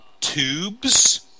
tubes